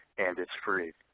and it's free.